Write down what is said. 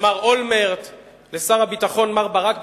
למר אולמרט ולשר הביטחון מר ברק,